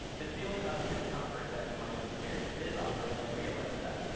this feeling of discomfort that you might have experienced it is awkward. and i realized that.